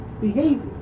behavior